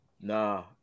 nah